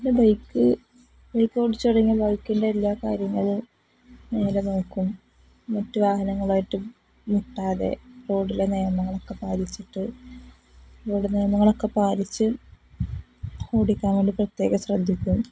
bike bike ഓടിച്ചുതുടങ്ങിയാല് ബൈക്കിൻ്റെ എല്ലാ കാര്യങ്ങളും നേരെ നോക്കും മറ്റ് വാഹനങ്ങളുമായിട്ട് മുട്ടാതെ റോഡിലെ നിയമങ്ങളൊക്കെ പാലിച്ചിട്ട് റോഡ് നിയമങ്ങളൊക്കെ പാലിച്ച് ഓടിക്കാൻ വേണ്ടി പ്രത്യേകം ശ്രദ്ധിക്കും